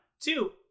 Two